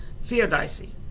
theodicy